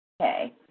okay